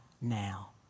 now